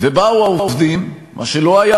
ואני אומר דווקא מהמקום